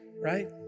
right